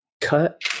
cut